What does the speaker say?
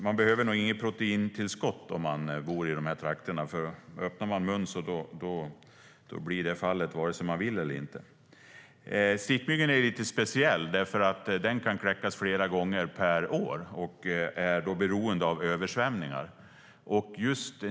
Man behöver nog inget proteintillskott om man bor i de trakterna, för om man öppnar munnen får man det vare sig man vill eller inte. Stickmyggan är lite speciell, för den kan kläcka flera gånger per år och är beroende av översvämningar.